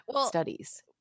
studies